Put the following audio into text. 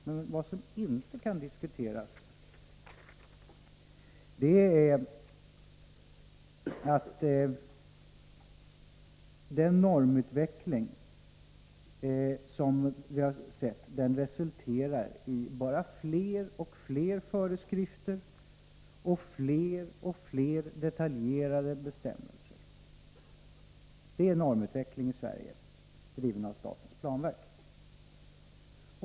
Men vad som inte kan diskuteras är att den hittillsvarande utvecklingen bara resulterar i fler och fler föreskrifter och fler och fler detaljerade bestämmelser. Det är normutveckling i Sverige, driven av statens planverk.